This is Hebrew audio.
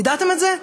ידעתם את זה?